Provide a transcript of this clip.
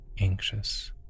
anxious